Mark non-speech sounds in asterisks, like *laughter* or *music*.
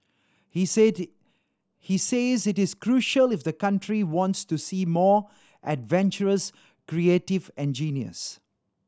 he *unintelligible* he says it is crucial if the country wants to see more adventurous creative engineers